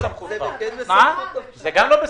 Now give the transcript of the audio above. ועדת הכספים לא יכולה להקים ועדת מנכ"לים.